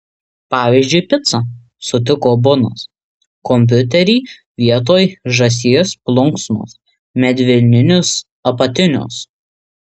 pavyzdžiui picą sutiko bunas kompiuterį vietoj žąsies plunksnos medvilninius apatinius